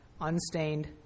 unstained